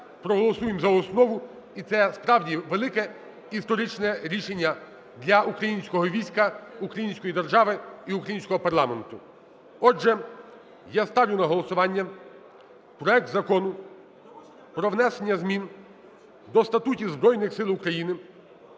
проголосуємо за основу. І це справді велике історичне рішення для українського війська, української держави і українського парламенту. Отже я ставлю на голосування проект Закону про внесення змін до статутів Збройних Сил України